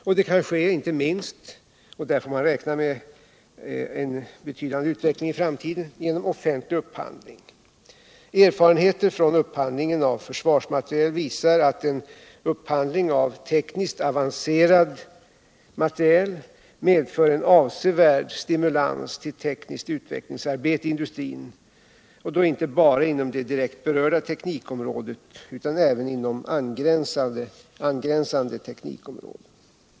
Inte minst kan det ske — och där får man räkna med en betydande utveckling i framtiden — genom offentlig upphandling. Erfarenheter av upphandlingen av försvarsmateriel visar att en upphandling av tekniskt avancerad materiel medför en avsevärd stimulans till tekniskt utvecklingsarbete inom industrin, och då inte bara inom det direkt berörda teknikområdet utan även inom angränsande teknikområden.